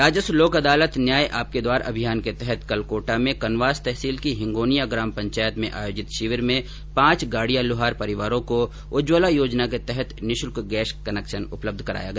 राजस्व लोक अदालत न्याय आपके द्वार अभियान के तहत कल कोटा में कनवास तहसील की हिंगोनिया ग्राम पचायत में आयोजित शिविर में पांच गाडिया लुहार परिवारों को उज्ज्वला योजना के तहत निःशुल्क गैस कनेक्शन उपलब्ध कराया गया